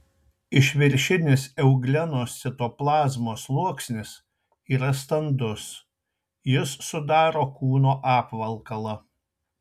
išviršinis euglenos citoplazmos sluoksnis yra standus jis sudaro kūno apvalkalą